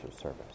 service